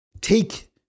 take